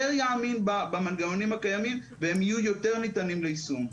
יאמין במנגנונים הקיימים והם יהיו יותר ניתנים ליישום.